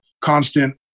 constant